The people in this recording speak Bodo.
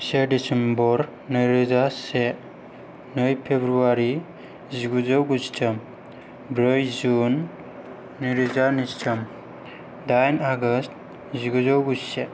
से दिसेम्बर नैरोजा से नै फेब्रुवारि जिगुजौ गुजिथाम ब्रै जुन नैरोजा नैजिथाम दाइन आगष्ट जिगुजौ गुजिसे